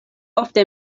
ofte